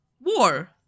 war